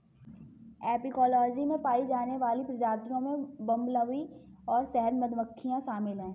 apicology में पाई जाने वाली प्रजातियों में बंबलबी और शहद मधुमक्खियां शामिल हैं